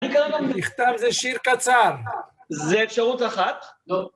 מכתם זה שיר קצר, זה אפשרות אחת.